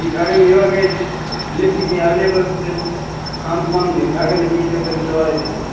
ٹھیٖک اگر مےٚ یورٕ گٔے لِفٹہٕ کیٚنٛہہ ایٚویلیبُل تیٚلہِ اَنہٕ پَنُن لِفٹہٕ اَگر نہٕ کیٚنٛہہ تیٚلہِ کٔرۍزیٚو تُہۍ اورَے ڈیلوَر